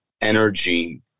energy